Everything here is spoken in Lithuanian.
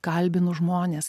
kalbinu žmones